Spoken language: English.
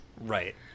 Right